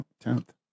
tenth